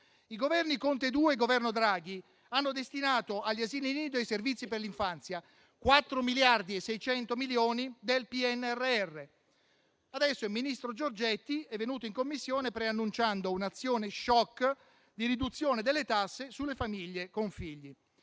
Il Governo Conte II e il Governo Draghi hanno destinato agli asili nido e ai servizi per l'infanzia 4,6 miliardi del PNRR. Adesso il ministro Giorgetti è venuto in Commissione preannunciando un'azione *shock* di riduzione delle tasse sulle famiglie con figli,